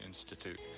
Institute